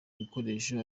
bikoresho